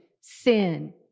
sin